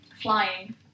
flying